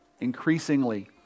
increasingly